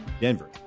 Denver